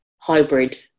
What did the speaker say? hybrid